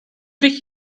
dich